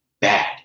bad